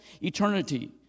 eternity